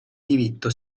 diritto